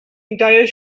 entire